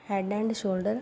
head and shoulders